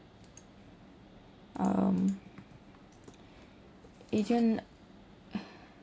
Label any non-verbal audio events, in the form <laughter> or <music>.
um <breath> agent <noise>